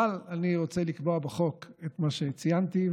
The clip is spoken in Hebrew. אבל אני רוצה לקבוע בחוק את מה שציינתי,